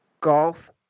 golf